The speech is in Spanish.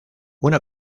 una